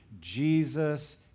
Jesus